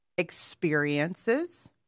experiences